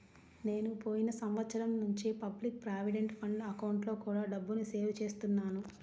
నేను పోయిన సంవత్సరం నుంచి పబ్లిక్ ప్రావిడెంట్ ఫండ్ అకౌంట్లో కూడా డబ్బుని సేవ్ చేస్తున్నాను